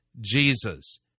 Jesus